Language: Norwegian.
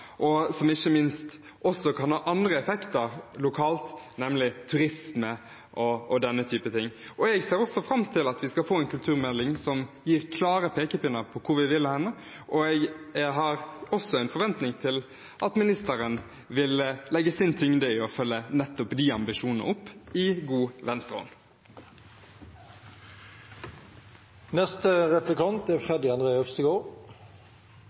og som ikke minst også kan ha andre effekter lokalt, nemlig turisme og den type ting. Jeg ser også fram til at vi skal få en kulturminnemelding som gir klar pekepinn på hvor vi vil, og jeg har også en forventning om at ministeren vil legge sin tyngde i å følge opp nettopp de ambisjonene i god Venstre-ånd. Den frie scenekunsten er